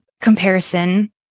comparison